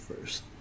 first